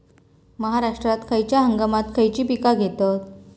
महाराष्ट्रात खयच्या हंगामांत खयची पीका घेतत?